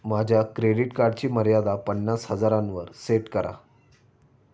माझ्या क्रेडिट कार्डची मर्यादा पन्नास हजारांवर सेट करा